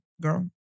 girl